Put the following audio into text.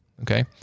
Okay